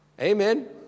Amen